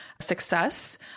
success